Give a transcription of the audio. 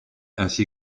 ainsi